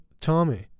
Tommy